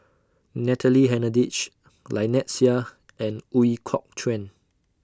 Natalie Hennedige Lynnette Seah and Ooi Kok Chuen